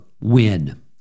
win